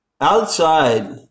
Outside